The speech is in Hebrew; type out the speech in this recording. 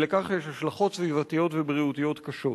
ולכך יש השלכות סביבתיות ובריאותיות קשות.